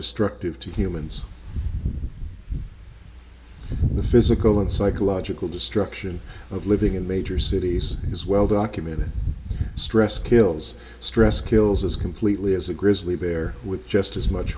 destructive to humans the physical and psychological destruction of living in major cities is well documented stress kills stress kills as completely as a grizzly bear with just